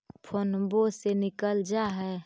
फोनवो से निकल जा है?